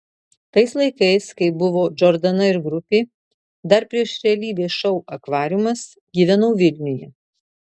tais laikais kai buvo džordana ir grupė dar prieš realybės šou akvariumas gyvenau vilniuje